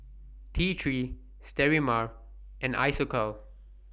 T three Sterimar and Isocal